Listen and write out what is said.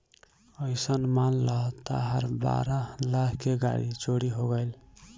अइसन मान ल तहार बारह लाख के गाड़ी चोरी हो गइल